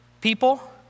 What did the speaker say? people